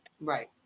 right